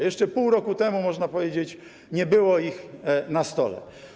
Jeszcze pół roku temu, można powiedzieć, nie było ich na stole.